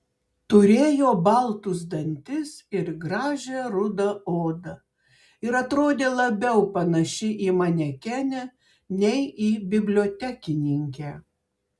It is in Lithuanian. turėjo baltus dantis ir gražią rudą odą ir atrodė labiau panaši į manekenę nei į bibliotekininkę